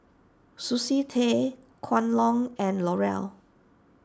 Sushi Tei Kwan Loong and L'Oreal